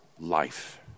life